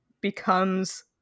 becomes